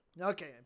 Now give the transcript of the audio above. Okay